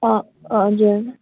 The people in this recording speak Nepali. अँ हजुर